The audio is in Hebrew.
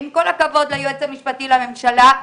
עם כל הכבוד ליועץ המשפטי לממשלה,